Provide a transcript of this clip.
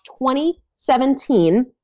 2017